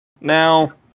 now